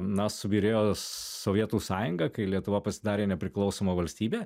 na subyrėjo sovietų sąjunga kai lietuva pasidarė nepriklausoma valstybė